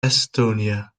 estonia